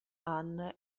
anne